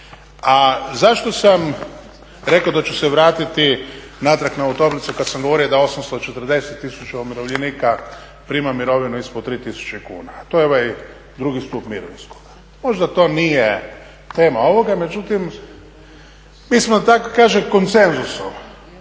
A zašto sam rekao da ću se vratiti natrag na ovu … kada sam govorio da 840 tisuća umirovljenika prima mirovinu ispod 3000 kuna? To je ovaj drugi stup mirovinskoga. Možda to nije tema ovoga, međutim mi smo da tako kažem konsenzusom